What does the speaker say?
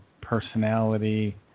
personality